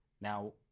Now